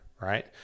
right